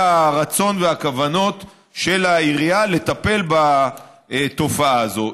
הרצון והכוונות של העירייה לטפל בתופעה הזאת.